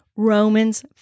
Romans